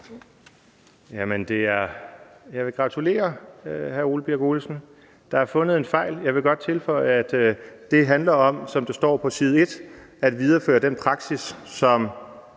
jeg vil gratulere hr. Ole Birk Olesen. Der er fundet en fejl. Jeg vil godt tilføje, at det handler om – som der står på side 1 – at videreføre en praksis, som